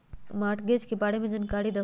Mortgage के बारे में जानकारी देहु?